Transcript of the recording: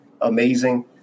amazing